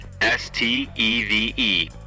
S-T-E-V-E